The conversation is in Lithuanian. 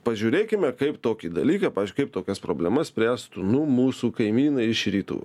pažiūrėkime kaip tokį dalyką pažiui kaip tokias problemas spręstų nu mūsų kaimynai iš rytų